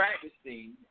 practicing